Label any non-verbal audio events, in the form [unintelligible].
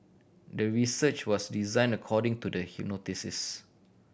the research was designed according to the [unintelligible]